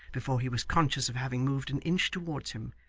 before he was conscious of having moved an inch towards him,